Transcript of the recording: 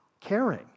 caring